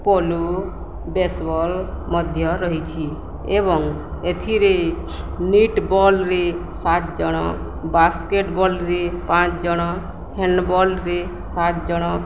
polo baseball ମଧ୍ୟ ରହିଛି ଏବଂ ଏଥିରେ ନିଟ୍ବଲରେ ସାତଜଣ ବାସ୍କେଟବଲ୍ରେ ପାଞ୍ଚଜଣ ହ୍ୟାଣ୍ଡବଲ୍ରେ ସାତଜଣ